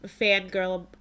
fangirl